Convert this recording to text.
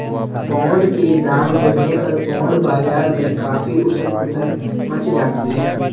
bond के दाम गिरने पर बॉन्ड बाजार में काफी उथल पुथल मच जाती है